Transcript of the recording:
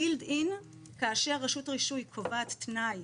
built-in כאשר רשות רישוי קובעת תנאי